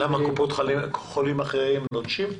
את קופות החולים האחרים נוטשים?